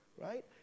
right